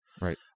Right